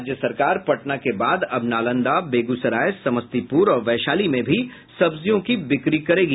राज्य सरकार पटना के बाद अब नालंदा बेगूसराय समस्तीपुर और वैशाली में भी सब्जियों की बिक्री करेगी